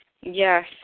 Yes